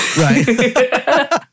Right